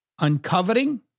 uncovering